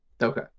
Okay